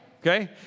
Okay